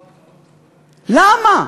למה?